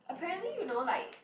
apparently you know like